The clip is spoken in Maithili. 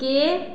केँ